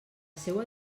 seua